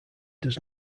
does